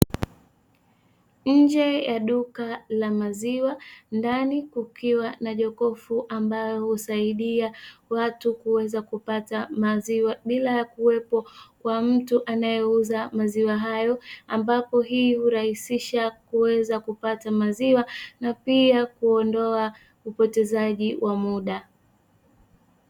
Nje ya duka la maziwa ndani kukiwa na jokofu ambalo husaidia watu kuweza kupata maziwa bila ya kuwepo kwa mtu anayeuza maziwa hayo, ambapo hii hurahisisha kuweza kupata maziwa na pia kuondoa upotezaji wa muda.